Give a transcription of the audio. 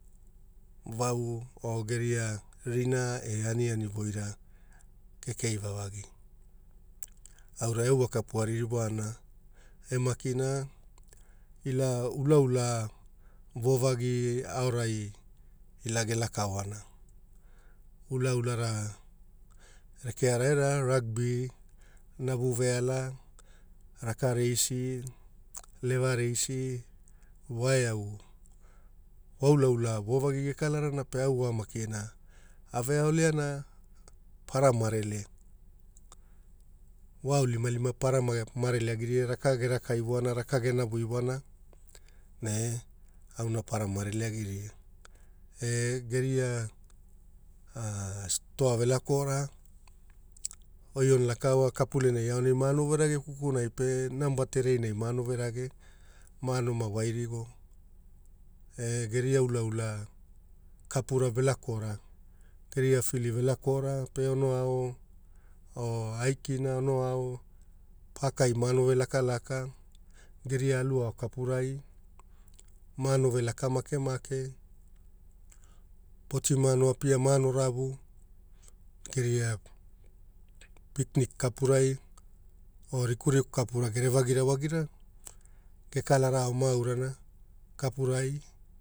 Wau o geria rina a e aniani voira keikei vavagi aurai wa vokapu aririwana e makina ila ulaula vovagi aorai ila gelakaoana ulaulara reketa era rugbi, navuveala, raka reisi, leva reisi voeau wa ulaula vovagi gekalarana pe au maki na vope avepio leana para marele vo aoni limalima para marele agiria raka geraka iwana raka genvu iwana ne auna para marele agiria e geria stoa vela kora oi ono laka oa kapulenai pe mano verage kukunai pe namba terei nai mano verae manoma wairigo e geria ulaula kapura velakora, geria field velakora pe ono ao aa, ono ao park ai mano velakalaka, geria alu ao kapurai mano velaka makemake, poti mano apia mano ravu geria picnic kapurai, o rikuriku kapura gere vagira wagira gekalara o maurana kapurai